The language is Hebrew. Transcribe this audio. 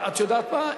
את יודעת מה?